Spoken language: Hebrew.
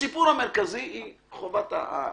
הסיפור המרכזי היא חובת העיכוב.